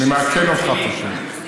אני מעדכן אותך, פשוט.